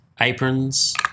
aprons